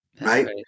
right